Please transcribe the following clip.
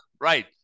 Right